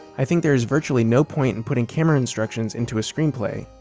i think there is virtually no point and putting camera instructions into a screenplay,